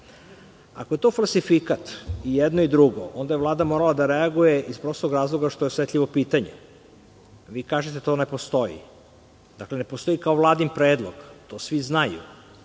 je to falsifikat i jedno i drugo, onda je Vlada morala da reaguje iz prostog razloga zato što je osetljivo pitanje. Vi kažete – to ne postoji. Ne postoji kao Vladin predlog, to svi znaju,